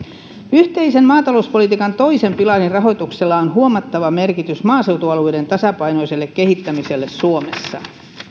yhteisen maatalouspolitiikan toisen pilarin rahoituksella on huomattava merkitys maaseutualueiden tasapainoiselle kehittämiselle suomessa